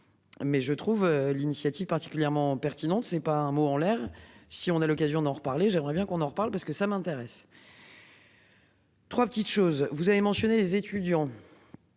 Mais je trouve l'initiative particulièrement pertinente, c'est pas un mot en l'air. Si on a l'occasion d'en reparler. J'aimerais bien qu'on en reparle parce que ça m'intéresse. 3 petites choses, vous avez mentionné les étudiants.